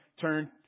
turn